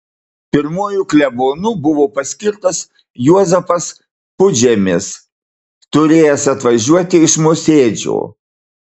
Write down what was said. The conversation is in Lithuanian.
pirmuoju klebonu buvo paskirtas juozapas pudžemis turėjęs atvažiuoti iš mosėdžio